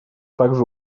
также